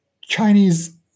Chinese